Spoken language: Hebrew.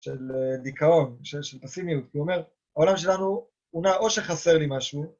של דיכאון, של פסימיות, כי הוא אומר, העולם שלנו הוא נע או שחסר לי משהו